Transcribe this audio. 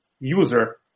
user